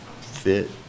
fit